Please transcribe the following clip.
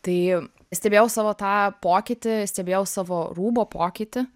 tai stebėjau savo tą pokytį stebėjau savo rūbo pokytį